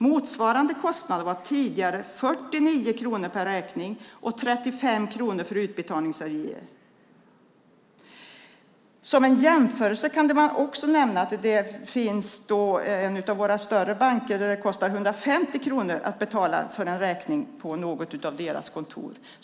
Motsvarande kostnad var tidigare 49 kronor per räkning och 35 kronor per utbetalningsavi. Som en jämförelse kan nämnas att det på en av våra större banker kostar 150 kronor att betala en räkning på något av deras kontor.